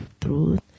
truth